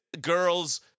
girl's